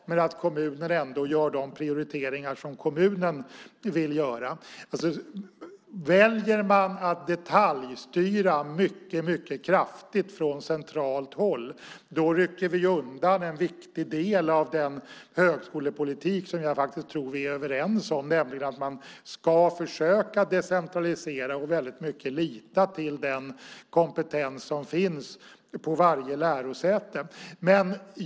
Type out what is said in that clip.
Men kommunen gör ändå de prioriteringar som kommunen vill göra. Väljer man att mycket kraftigt detaljstyra från centralt håll rycker man undan en viktig del av den högskolepolitik som jag faktiskt tror att vi är överens om, nämligen att man ska försöka decentralisera och väldigt mycket lita till den kompetens som finns på varje lärosäte.